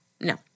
No